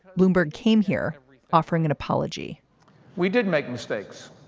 bloomberg came here offering an apology we didn't make mistakes.